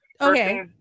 okay